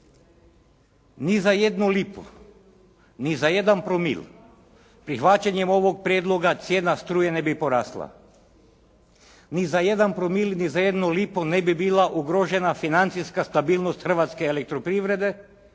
ni za jednu lipu, ni za jedan promil prihvaćanjem ovog prijedloga cijena struje ne bi porasla. Ni za jedan promil, ni za jednu lipu ne bi bila ugrožena financijska stabilnost hrvatske elektroprivrede